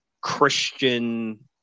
Christian